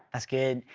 that's good.